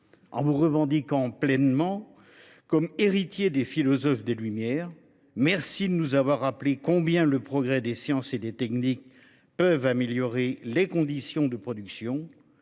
qui vous revendiquez pleinement comme héritier des philosophes des Lumières ! Merci de nous avoir rappelé combien le progrès des sciences et des techniques peut améliorer les conditions de production,